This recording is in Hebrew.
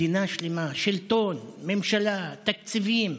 מדינה שלמה, שלטון, ממשלה, תקציבים,